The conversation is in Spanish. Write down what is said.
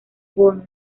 bonus